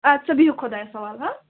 اَدٕ سا بِہِو خۄدایَس سوال ہہ